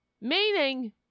Meaning